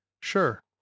Sure